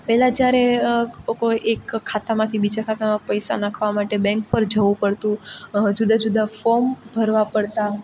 પહેલાં જ્યારે કોઈ એક ખાતામાંથી બીજા ખાતામાં પૈસા નાખવા માટે બેન્ક પર જવું પડતું જુદાં જુદાં ફોર્મ ભરવાં પડતાં